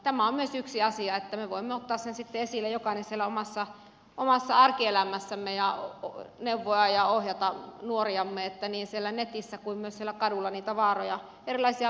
tämä on myös yksi asia jonka me voimme ottaa sitten esille jokainen siellä omassa arkielämässämme ja neuvoa ja ohjata nuoriamme että niin siellä netissä kuin myös siellä kadulla niitä erilaisia vaaroja on